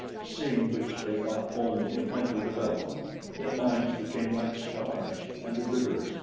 seeing which they thought only of mental development their minds became like stars and the rivers,